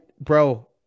bro